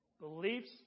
Beliefs